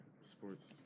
sports